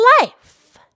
life